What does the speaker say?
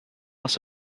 loss